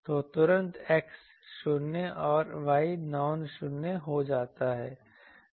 तो तुरंत X 0 और Y non 0 हो जाता है